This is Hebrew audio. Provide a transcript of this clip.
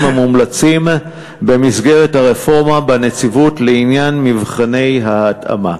המומלצים במסגרת הרפורמה בנציבות לעניין מבחני ההתאמה.